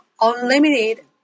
unlimited